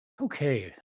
Okay